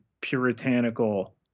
puritanical